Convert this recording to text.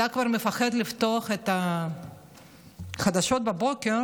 אתה כבר מפחד לפתוח את החדשות בבוקר